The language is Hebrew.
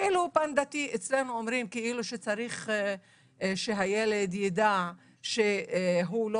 אצלנו אומרים שצריך שהילד ידע שהוא לא